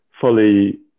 fully